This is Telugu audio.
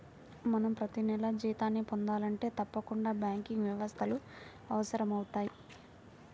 మనం ప్రతినెలా జీతాన్ని పొందాలంటే తప్పకుండా బ్యాంకింగ్ వ్యవస్థలు అవసరమవుతయ్